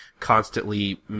constantly